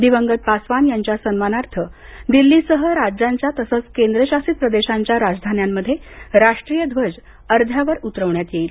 दिवंगत पासवान यांच्या सन्मानार्थ दिल्लीसह राज्यांच्या तसंच केंद्र शासित प्रदेशांच्या राजधान्यांमध्ये राष्ट्रीय ध्वज अध्यावर उतरवण्यात येईल